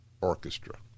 Orchestra